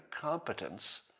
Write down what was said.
competence